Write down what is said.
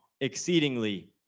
exceedingly